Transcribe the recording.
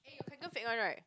eh your kanken fake one right